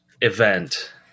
event